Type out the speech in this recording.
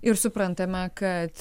ir suprantame kad